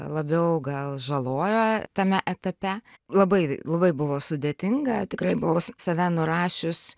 labiau gal žaloja tame etape labai labai buvo sudėtinga tikrai buvau save nurašius